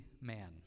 man